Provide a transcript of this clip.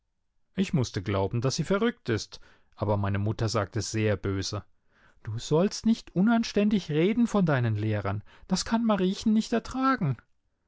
ich mußte glauben daß sie verrückt ist aber meine mutter sagte sehr böse du sollst nicht unanständig reden von deinen lehrern das kann mariechen nicht ertragen